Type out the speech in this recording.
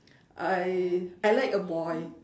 I I like a boy